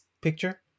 picture